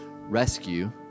rescue